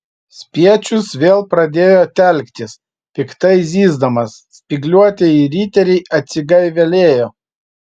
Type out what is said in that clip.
spiečius vėl pradėjo telktis piktai zyzdamas spygliuotieji riteriai atsigaivelėjo